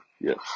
yes